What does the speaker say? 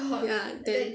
ya then